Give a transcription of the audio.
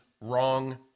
wrong